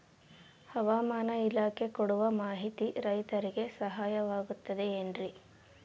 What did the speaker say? ಹವಮಾನ ಇಲಾಖೆ ಕೊಡುವ ಮಾಹಿತಿ ರೈತರಿಗೆ ಸಹಾಯವಾಗುತ್ತದೆ ಏನ್ರಿ?